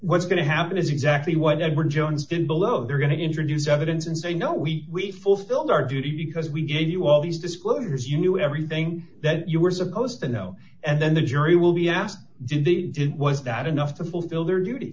what's going to happen is exactly what edward jones been below they're going to introduce evidence and say no we fulfilled our duty because we gave you all these disclosures you knew everything that you were supposed to know and then the jury will be asked did they did was that enough to fulfill their dut